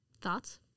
thoughts